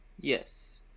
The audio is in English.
yes